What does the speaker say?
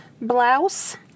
Blouse